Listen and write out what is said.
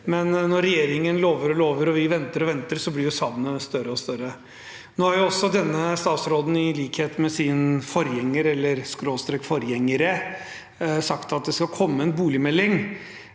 Men når regjeringen lover og lover, og vi venter og venter, blir jo savnet større og større. Nå har også denne statsråden, i likhet med sin forgjenger/sine forgjengere sagt at det skal komme en boligmelding.